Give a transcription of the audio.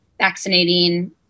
vaccinating